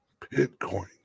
Bitcoin